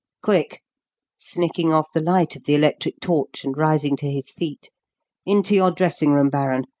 quick snicking off the light of the electric torch and rising to his feet into your dressing-room, baron.